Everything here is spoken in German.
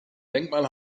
denkmal